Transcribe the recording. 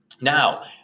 Now